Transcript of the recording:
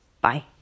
Bye